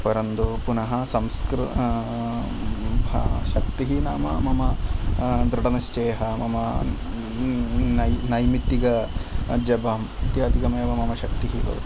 परन्तु पुनः संस्कृ भ शक्तिः नाम मम दृढनिश्चयः मम न नै नैमित्तिक जपं इत्यादिकम् एव मम शक्तिः भवति